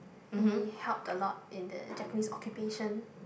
he helped a lot in the Japanese occupation